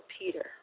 Peter